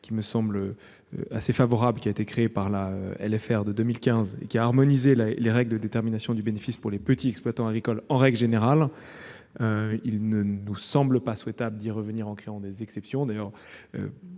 qui est assez favorable et qui a harmonisé les règles de détermination du bénéfice pour les petits exploitants agricoles en règle générale. Il ne nous semble pas souhaitable d'y revenir en créant des exceptions